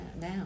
now